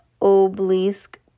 obelisk